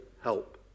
help